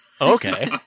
Okay